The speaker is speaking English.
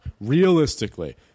Realistically